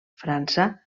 frança